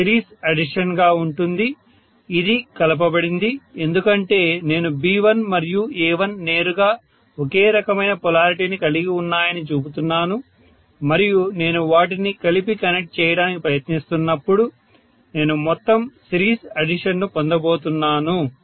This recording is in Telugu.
ఇది సిరీస్ అడిషన్ గా ఉంటుంది ఇది కలపబడింది ఎందుకంటే నేను B1 మరియు A1 నేరుగా ఒకే రకమైన పొలారిటీని కలిగి ఉన్నాయని చూపుతున్నాను మరియు నేను వాటిని కలిపి కనెక్ట్ చేయడానికి ప్రయత్నిస్తున్నప్పుడు నేను మొత్తం సిరీస్ అడిషన్ ను పొందుతున్నాను